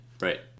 right